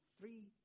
three